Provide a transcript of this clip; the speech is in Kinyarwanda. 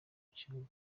kibuga